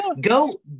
go